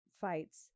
fights